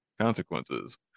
consequences